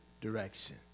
direction